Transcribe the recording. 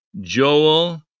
Joel